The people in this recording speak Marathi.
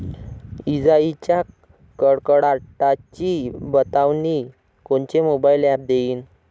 इजाइच्या कडकडाटाची बतावनी कोनचे मोबाईल ॲप देईन?